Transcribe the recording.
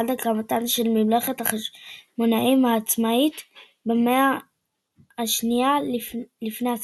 עד הקמתה של ממלכת החשמונאים העצמאית במאה ה-2 לפנה"ס.